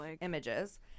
images